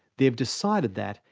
they've decided that,